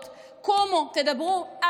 לציבור, לאזרחים: קומו, תדברו.